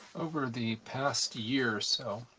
over the past year or so,